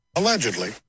Allegedly